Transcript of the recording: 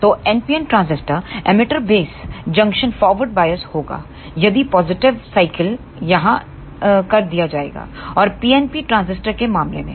तो NPN transistor emitter base junction forward bias होगा यदि पॉजिटिव साइकिल यहां कर दिया जाएगा और PNP ट्रांजिस्टर के मामले में